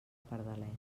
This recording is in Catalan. pardalet